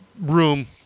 room